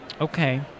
Okay